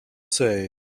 say